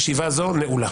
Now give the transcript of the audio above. ישיבה זו נועלה.